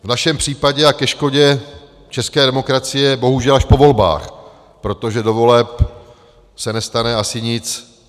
V našem případě a ke škodě české demokracie bohužel až po volbách, protože do voleb se nestane asi nic.